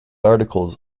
articles